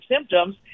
symptoms